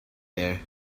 there